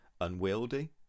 unwieldy